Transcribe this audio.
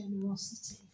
generosity